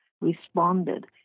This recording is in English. responded